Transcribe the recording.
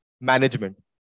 management